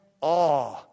awe